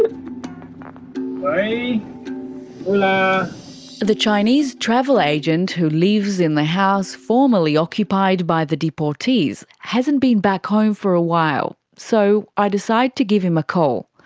but the chinese travel agent who lives in the house formerly occupied by the deportees hasn't been back home for a while. so i decide to give him a call.